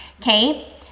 okay